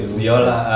biola